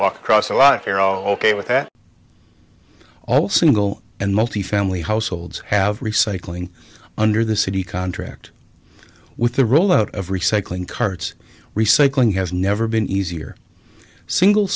are ok with that all single and multifamily households have recycling under the city contract with the roll out of recycling carts recycling has never been easier single